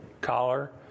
collar